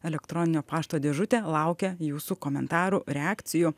elektroninio pašto dėžutė laukia jūsų komentarų reakcijų